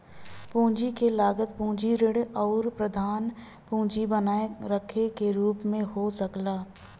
पूंजी क लागत पूंजी ऋण आउर प्रधान पूंजी बनाए रखे के रूप में हो सकला